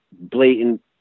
blatant